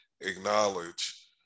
acknowledge